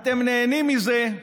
אתם נהנים מזה,